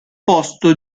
posto